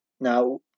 Now